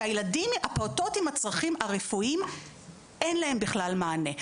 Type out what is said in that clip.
לפעוטות עם הצרכים הרפואיים אין בכלל מענה.